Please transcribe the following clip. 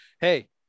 hey